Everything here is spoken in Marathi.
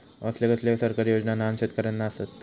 कसले कसले सरकारी योजना न्हान शेतकऱ्यांना आसत?